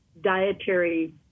dietary